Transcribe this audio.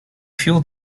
fuel